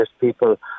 people